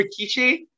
Rikishi